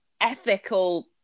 ethical